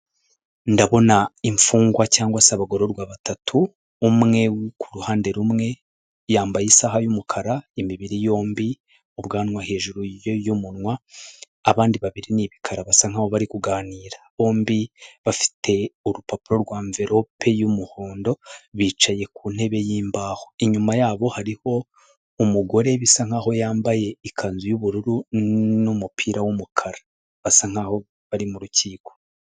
Ndabona imfungwa cyangwa se abagororwa batatu umwe kuhande rumwe yambaye isaha y'umukara imibiri yombi ubwanwa hejuru yumunwa abandi babiri ni ibikara basa nkaho bari kuganira bombi bafite urupapuro rwa envelope y'umuhondo bicaye ku ntebe yimbaho inyuma yabo hariho umugore bisa nkaho yambaye ikanzu y'ubururu n'umupira w'umukara basa nkaho bari mu rukiko .